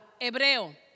Hebreo